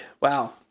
Wow